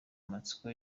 amatsiko